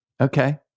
Okay